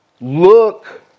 Look